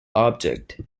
object